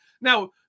Now